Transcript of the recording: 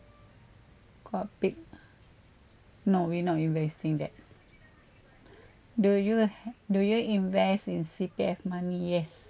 coinsbit no we not investing that do you ha~ do you invest in C_P_F money yes